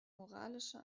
moralische